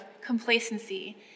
complacency